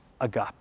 agape